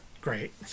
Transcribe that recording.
great